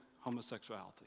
homosexuality